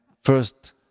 first